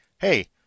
hey